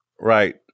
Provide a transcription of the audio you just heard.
right